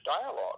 dialogue